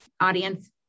audience